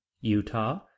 utah